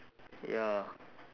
ya